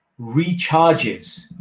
recharges